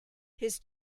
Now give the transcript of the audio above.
his